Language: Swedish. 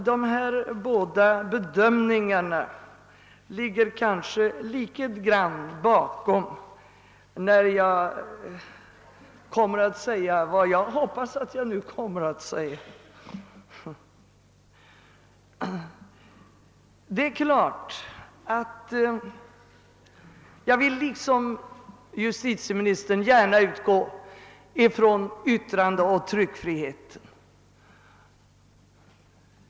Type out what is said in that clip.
De här båda bedömningarna ligger bakom det jag nu kommer att säga. Jag vill liksom justitieministern utgå från yttrandeoch tryckfriheten.